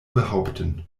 behaupten